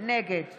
נגד